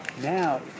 Now